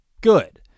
good